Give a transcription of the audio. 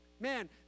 Man